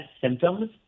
symptoms